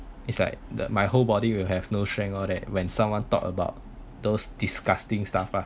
it's like the my whole body will have no strength all that when someone talk about those disgusting stuff ah